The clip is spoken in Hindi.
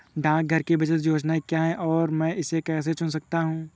डाकघर की बचत योजनाएँ क्या हैं और मैं इसे कैसे चुन सकता हूँ?